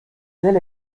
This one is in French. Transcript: tel